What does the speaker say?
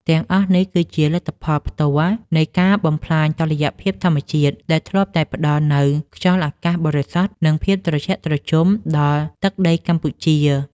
ទាំងអស់នេះគឺជាលទ្ធផលផ្ទាល់នៃការបំផ្លាញតុល្យភាពធម្មជាតិ ដែលធ្លាប់តែផ្តល់នូវខ្យល់អាកាសបរិសុទ្ធ និងភាពត្រជាក់ត្រជុំដល់ទឹកដីកម្ពុជា។